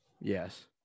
yes